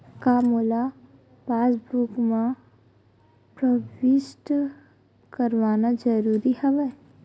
का मोला पासबुक म प्रविष्ट करवाना ज़रूरी हवय?